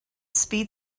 speed